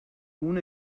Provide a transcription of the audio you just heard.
اون